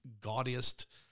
gaudiest